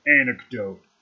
anecdote